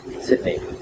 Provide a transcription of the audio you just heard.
Sydney